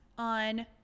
On